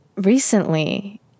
recently